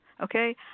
okay